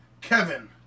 Kevin